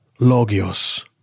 Logios